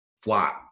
flat